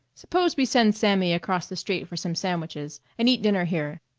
suppose we send sammy across the street for some sandwiches and eat dinner here.